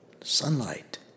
Sunlight